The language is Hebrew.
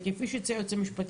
כפי שהציעה היועצת המשפטית,